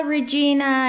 Regina